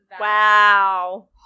Wow